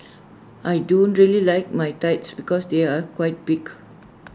I don't really like my thighs because they are quite big